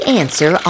answer